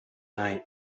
night